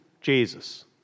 Jesus